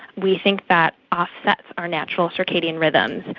we think that offsets our natural circadian rhythms,